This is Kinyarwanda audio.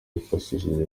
yifashishije